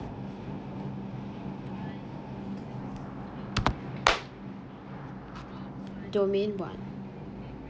domain one